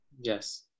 yes